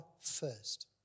first